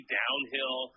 downhill